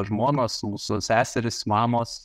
žmonos mūsų seserys mamos